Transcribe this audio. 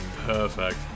Perfect